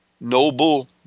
noble